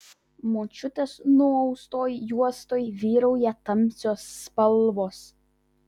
močiutės nuaustoj juostoj vyrauja tamsios spalvos